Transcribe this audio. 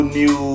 new